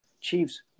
Chiefs